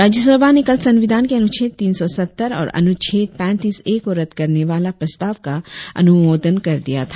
राज्यसभा ने कल संविधान के अनुच्छेद तीन सौ सत्तर और अनुच्छेद पैंतीस ए को रद्द करने वाले प्रस्ताव का अनुमोदन कर दिया था